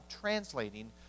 translating